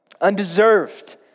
Undeserved